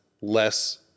less